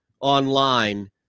online